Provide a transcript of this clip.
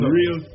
real